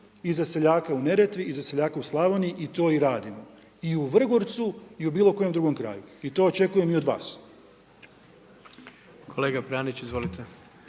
i za seljaka u Neretvi i za seljaka u Slavoniji i to i radimo i u Vrgorcu i u bilo kojem drugom kraju i to očekujem i od vas. **Jandroković, Gordan